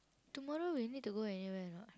tomorrow we need to go anywhere or not